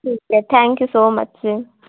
ਠੀਕ ਹੈ thank you so much ਜੀ